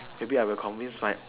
maybe I'll convince my